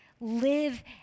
live